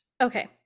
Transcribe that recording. Okay